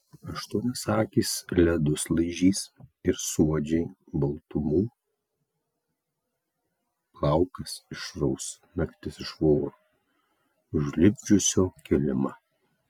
aštuonios akys ledus laižys ir suodžiai baltumų plaukas išraus naktis iš voro užlipdžiusio kilimą